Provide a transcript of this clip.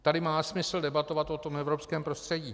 Tady má smysl debatovat o tom evropském prostředí.